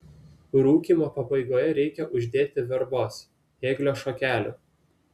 rūkymo pabaigoje reikia uždėti verbos ėglio šakelių